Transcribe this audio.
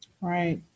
Right